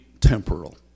temporal